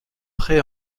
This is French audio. prêts